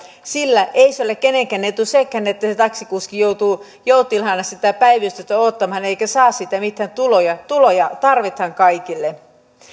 sillä ei ole kenenkään etu sekään että se taksikuski joutuu joutilaana päivystyksessä odottamaan eikä saa siitä mitään tuloja tuloja tarvitaan kaikille